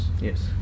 Yes